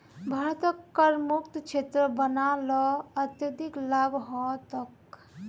भारतक करमुक्त क्षेत्र बना ल अत्यधिक लाभ ह तोक